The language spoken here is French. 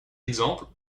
exemple